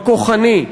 הכוחני,